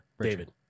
David